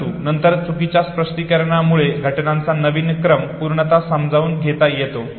परंतु नंतर चुकीच्या स्पष्टीकरणामुळे घटनांचा नवीन क्रम पूर्णता समजून घेता येतो